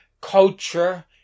culture